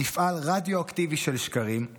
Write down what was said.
"מפעל רדיואקטיבי של שקרים";